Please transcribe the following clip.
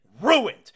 ruined